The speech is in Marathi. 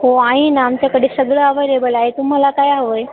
हो आहे ना आमच्याकडे सगळं अवलेबल आहे तुम्हाला काय हवं आहे